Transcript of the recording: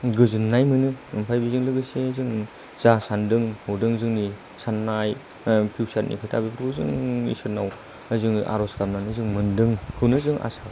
गोजोननाय मोनो ओमफ्राय बेजों लोगोसे जों जा सानदों हदों जोंनि साननाय फिउचार खोथा बेफोरखौ जों इसोरनाव जोङो आर'ज गाबनानै जों मोनदोंखौनो जों आसा